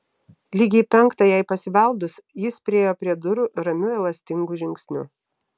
lygiai penktą jai pasibeldus jis priėjo prie durų ramiu elastingu žingsniu